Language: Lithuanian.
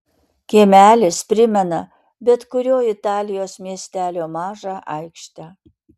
kiemelis primena bet kurio italijos miestelio mažą aikštę